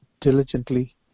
diligently